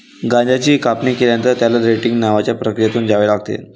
गांजाची कापणी केल्यानंतर, त्याला रेटिंग नावाच्या प्रक्रियेतून जावे लागते